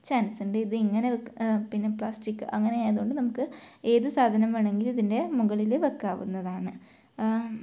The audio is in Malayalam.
ചാൻസുണ്ട് ഇതിങ്ങനെ പിന്നെ പ്ലാസ്റ്റിക് അങ്ങനെ ആയതുകൊണ്ട് നമുക്ക് ഏത് സാധനം വേണമെങ്കിലും ഇതിൻ്റെ മുകളിൽ വെയ്ക്കാവുന്നതാണ്